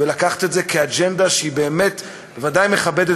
ולקחת את זה כאג'נדה שהיא באמת ודאי מכבדת